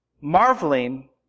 Marveling